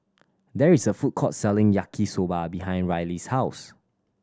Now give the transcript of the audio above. there is a food court selling Yaki Soba behind Riley's house